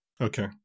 okay